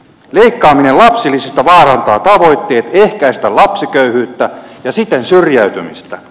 leikkaaminen lapsilisistä vaarantaa tavoitteet ehkäistä lapsiköyhyyttä ja siten syrjäytymistä